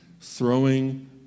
throwing